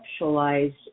conceptualized